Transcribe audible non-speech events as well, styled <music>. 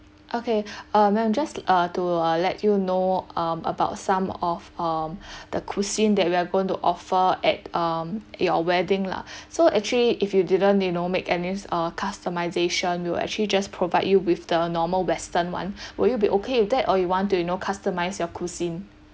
okay <breath> uh ma'am just uh to uh let you know um about some of um <breath> the cuisine that we are going to offer at um your wedding lah <breath> so actually if you didn't you know make any uh customization we'll actually just provide you with the normal western one <breath> will you be okay with that or you want to you know customize your cuisine